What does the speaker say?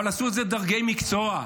אבל עשו את זה דרגי מקצוע.